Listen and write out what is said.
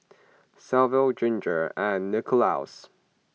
Sylva Ginger and Nicholaus